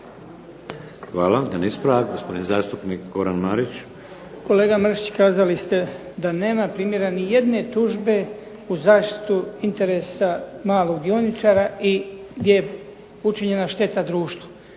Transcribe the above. Hvala. Jedan ispravak, gospodin zastupnik Goran Marić. **Marić, Goran (HDZ)** Kolega Mršić kazali ste da nema primjera ni jedne tužbe u zaštitu interesa malog dioničara i gdje je učinjena šteta društvu.